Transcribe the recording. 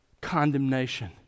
condemnation